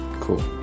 Cool